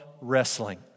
wrestling